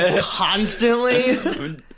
constantly